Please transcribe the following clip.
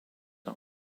are